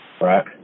Right